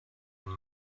both